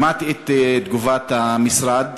שמעתי את תגובת המשרד,